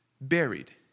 buried